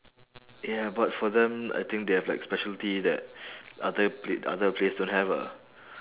ya but for them I think they have like specialty that other pla~ other place don't have ah